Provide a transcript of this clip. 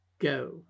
Go